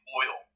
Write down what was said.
oil